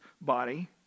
body